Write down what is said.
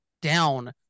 down